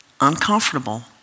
uncomfortable